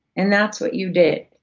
and that's what you did.